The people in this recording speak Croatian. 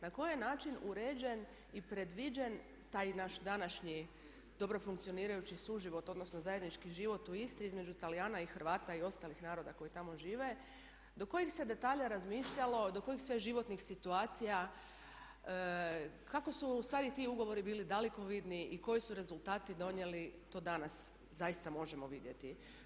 Na koji je način uređen i predviđen taj naš današnji dobro funkcionirajući suživot odnosno zajednički život u Istri između Talijana i Hrvata i ostalih naroda koji tamo žive do kojih se detalja razmišljalo, do kojih sve životnih situacija, kako su ustvari tu ugovori bili dalekovodni i koje su rezultate donijeli, to danas zaista možemo vidjeti.